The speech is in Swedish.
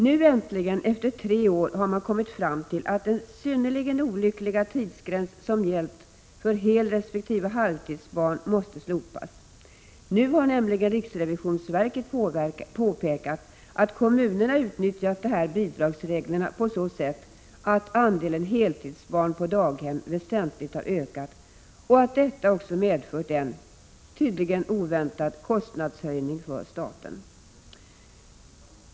Nu äntligen, efter tre år, har man kommit fram tillatt den synnerligen olyckliga tidsgräns som gällt för helresp. halvtidsbarn måste slopas. Nu har nämligen riksrevisionsverket påpekat att kommunerna har utnyttjat bidragsreglerna på så sätt att andelen heltidsbarn på daghem väsentligt har ökat och att detta också medfört en — tydligen oväntad — kostnadshöjning för staten.